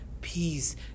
Peace